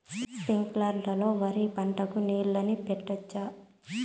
స్ప్రింక్లర్లు లో వరి పంటకు నీళ్ళని పెట్టొచ్చా?